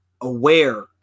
aware